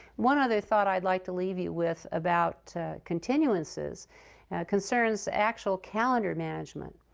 one other thought i'd like to leave you with about continuances concerns actual calendar management.